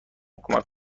کمک